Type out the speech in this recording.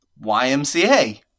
YMCA